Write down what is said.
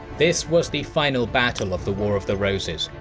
this was the final battle of the war of the roses,